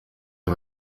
ati